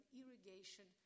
irrigation